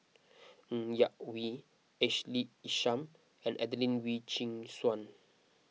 Ng Yak Whee Ashley Isham and Adelene Wee Chin Suan